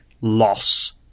loss